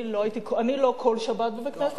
אני לא בכל שבת בבית-הכנסת,